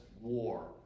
war